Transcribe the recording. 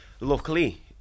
luckily